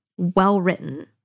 well-written